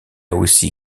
aussi